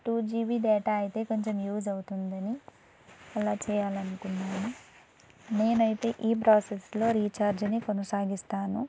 two GB data అయితే కొంచెం use అవుతుందని అలా చేయాలి అనుకున్నాను నేను అయితే ఈ ప్రాసెస్లో రీఛార్జ్ని కొనసాగిస్తాను